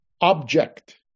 object